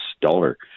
dollar